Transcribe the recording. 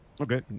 Okay